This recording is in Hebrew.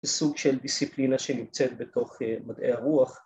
‫זה סוג של דיסציפלינה ‫שנמצאת בתוך מדעי הרוח